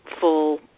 full